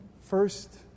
first